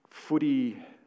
footy